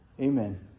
Amen